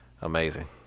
amazing